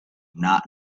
not